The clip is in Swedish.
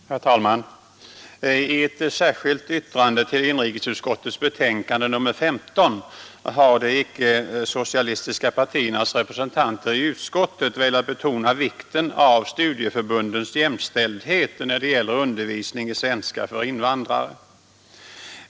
Herr talman! I ett särskilt yttrande till inrikesutskottets betänkande nr 15 har de icke-socialistiska partiernas representanter i utskottet velat betona vikten av studieförbundens jämställdhet när det gäller undervisning i svenska för invandrare.